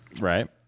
Right